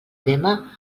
tema